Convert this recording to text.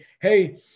Hey